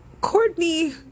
Courtney